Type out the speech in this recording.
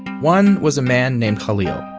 one was a man named khalil